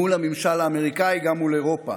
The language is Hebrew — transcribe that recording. מול הממשל האמריקאי וגם מול אירופה.